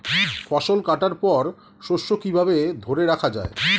ফসল কাটার পর শস্য কিভাবে ধরে রাখা য়ায়?